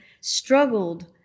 struggled